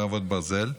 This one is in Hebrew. חרבות ברזל).